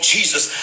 Jesus